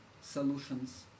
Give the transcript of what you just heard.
solutions